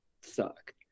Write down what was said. suck